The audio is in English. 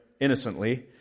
innocently